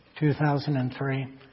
2003